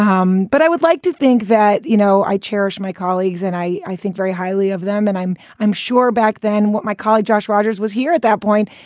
um but i would like to think that, you know, i cherish my colleagues and i i think very highly of them. and i'm i'm sure back then what my colleague josh rogers was here at that point.